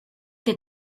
que